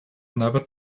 never